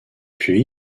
puis